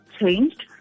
changed